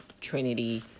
Trinity